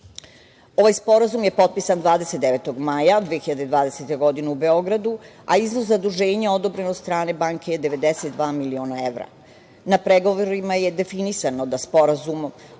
sporazum je potpisan 29. maja 2020. godine u Beogradu, a iznos zaduženja odobren od strane banke je 92 miliona evra. Na pregovorima je definisano da sporazum